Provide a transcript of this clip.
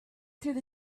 through